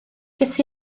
ges